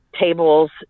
tables